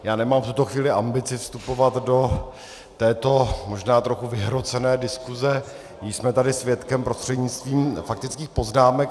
Já nemám v tuto chvíli ambici vstupovat do této možná trochu vyhrocené diskuse, jíž jsme tady svědkem prostřednictvím faktických poznámek.